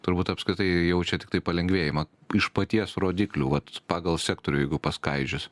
turbūt apskritai jaučia tiktai palengvėjimą iš paties rodiklių vat pagal sektorių jeigu paskaidžius